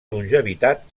longevitat